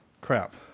crap